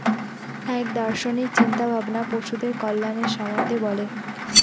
এক দার্শনিক চিন্তা ভাবনা পশুদের কল্যাণের সম্বন্ধে বলে